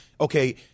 okay